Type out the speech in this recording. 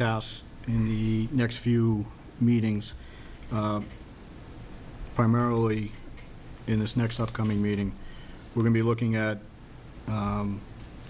tasks in the next few meetings primarily in this next upcoming meeting we're going to be looking at